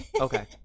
Okay